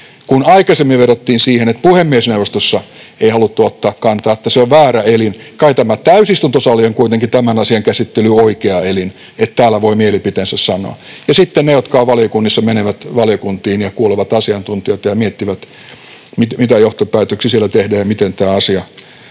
Kun aikaisemmin vedottiin siihen, että puhemiesneuvostossa ei haluttu ottaa kantaa, että se on väärä elin, niin kai tämä täysistuntosali on kuitenkin tämän asian käsittelyyn oikea elin, että täällä voi mielipiteensä sanoa, ja sitten ne, jotka ovat valiokunnissa, menevät valiokuntiin ja kuulevat asiantuntijoita ja miettivät, mitä johtopäätöksiä siellä tehdään ja miten tämä asia